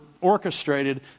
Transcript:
orchestrated